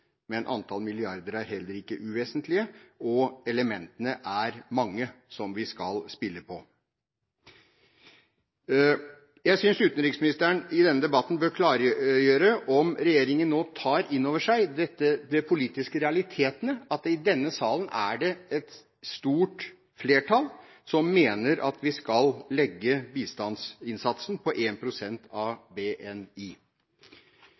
men antall milliarder er heller ikke uvesentlig, og elementene som vi skal spille på, er mange. Jeg synes utenriksministeren i denne debatten bør klargjøre om regjeringen nå tar inn over seg de politiske realitetene, at det i denne salen er et stort flertall som mener at vi skal legge bistandsinnsatsen på